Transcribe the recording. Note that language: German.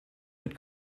mit